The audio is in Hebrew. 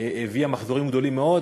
לישראל הביאה מחזורים גדולים מאוד.